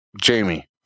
Jamie